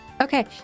Okay